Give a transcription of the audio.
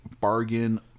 bargain